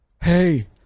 hey